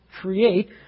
create